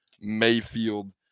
Mayfield